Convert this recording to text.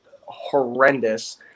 horrendous